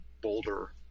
boulder